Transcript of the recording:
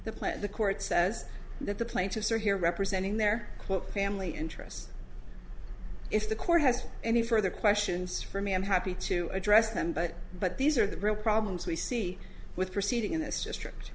plant the court says that the plaintiffs are here representing their family interests if the court has any further questions for me i'm happy to address them but but these are the real problems we see with proceeding in this district